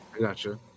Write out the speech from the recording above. Gotcha